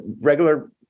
regular